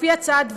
לפי הצעת ות"ת,